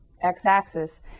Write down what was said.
x-axis